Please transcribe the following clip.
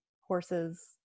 horses